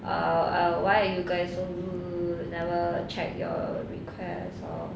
uh err why are you guys so rude never check your requests or